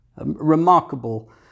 remarkable